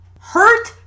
hurt